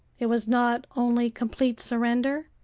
it was not only complete surrender,